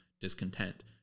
discontent